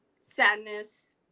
sadness